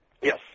Yes